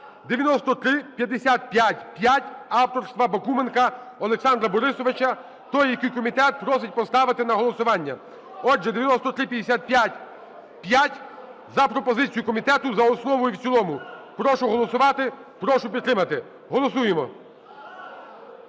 9355-5 авторства Бакуменка Олександра Борисовича, той, який комітет просить поставити на голосування. Отже, 9355-5, за пропозицією комітету, за основу і в цілому прошу голосувати, прошу підтримати, голосуємо.